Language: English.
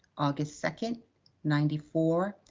august second ninety four,